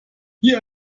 hier